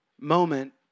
moment